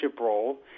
role